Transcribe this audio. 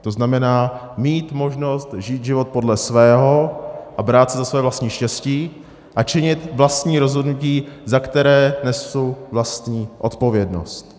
To znamená, mít možnost žít život podle svého a brát se za své vlastní štěstí a činit vlastní rozhodnutí, za které nesu vlastní odpovědnost.